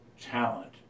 talent